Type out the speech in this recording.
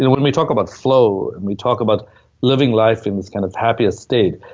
and when we talk about flow and we talk about living life in this kind of happier state,